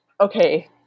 okay